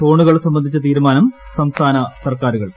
സോണുകൾ സംബന്ധിച്ച തീരുമാനം സംസ്ഥാന സർക്കാരുകൾക്ക്